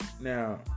now